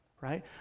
right